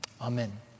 Amen